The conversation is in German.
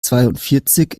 zweiundvierzig